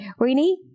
Rini